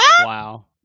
Wow